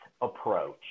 approach